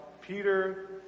Peter